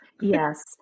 Yes